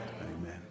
Amen